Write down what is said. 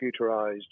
computerized